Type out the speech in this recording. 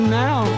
now